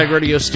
Radio